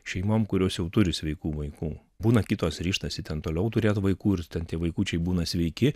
šeimom kurios jau turi sveikų vaikų būna kitos ryžtasi ten toliau turėt vaikų ir ten tie vaikučiai būna sveiki